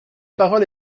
parole